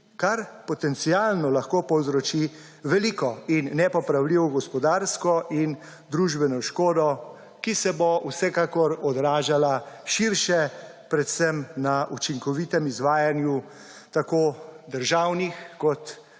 kar potencialno lahko povzroči veliko in nepopravljivo gospodarsko in družbeno škodo, ki se bo vsekakor odražala širše predvsem na učinkovitem izvajanju tako državnih kot